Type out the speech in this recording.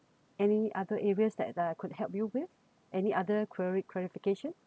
any other areas that that could help you with any other clari~ clarification